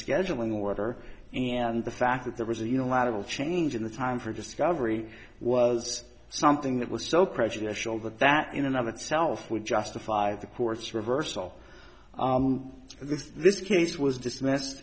scheduling order and the fact that there was a unilateral change in the time for discovery was something that was so prejudicial that that in another itself would justify the court's reversal this this case was dismissed